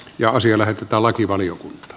josie lähet talakivalion